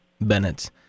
Bennett